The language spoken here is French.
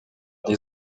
des